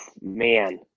Man